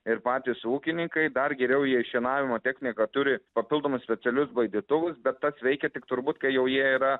ir patys ūkininkai dar geriau jei šienavimo technika turi papildomus specialius baidytuvus be tas veikia tik turbūt kai jau jie yra